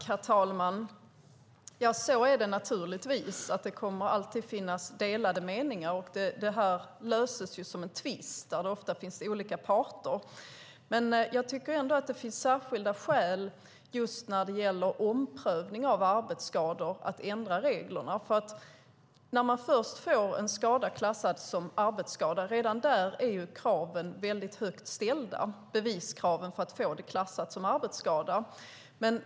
Herr talman! Ja, så är det naturligtvis. Det kommer alltid att finnas delade meningar. Det här löses ju som en tvist där det ofta finns olika parter. Men jag tycker ändå att det finns särskilda skäl, just när det gäller omprövning av arbetsskador, att ändra reglerna. Först får man en skada klassad som arbetsskada. Beviskraven är väldigt högt ställda för att man ska få skadan klassad som arbetsskada.